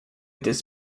does